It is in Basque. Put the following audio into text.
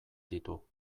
ditu